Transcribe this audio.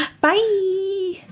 Bye